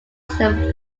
some